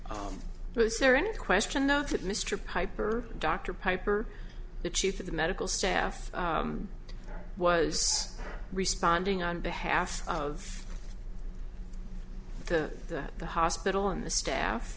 but is there any question though that mr piper dr piper the chief of the medical staff was responding on behalf of the that the hospital and the staff